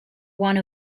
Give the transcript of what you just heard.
one